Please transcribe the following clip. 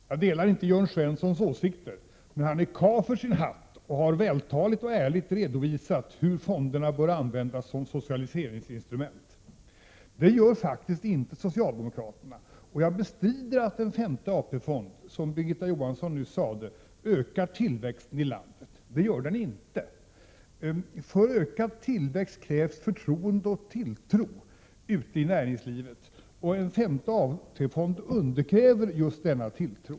Fru talman! Jag delar inte Jörn Svenssons åsikter, men han är karl för sin hatt och har vältaligt och ärligt redovisat hur fonderna bör användas som socialiseringsinstrument. Det gör faktiskt inte socialdemokraterna. Jag bestrider att en femte AP-fond, som Birgitta Johansson nyss sade, ökar tillväxten i landet. Det gör den inte. För ökad tillväxt krävs förtroende och tilltro ute i näringslivet, och en femte AP-fond undergräver just denna tilltro.